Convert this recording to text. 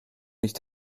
nicht